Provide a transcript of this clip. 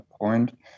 point